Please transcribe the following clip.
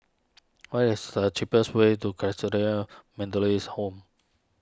what is the cheapest way to Methodist Home